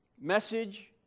message